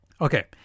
Okay